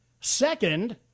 Second